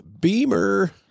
Beamer